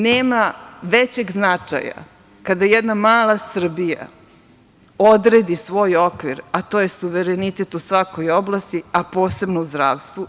Nema većeg značaja kada jedna mala Srbija odredi svoj okvir, a to je suverenitet u svakoj oblasti, a posebno u zdravstvu.